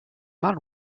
man